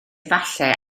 efallai